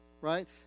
right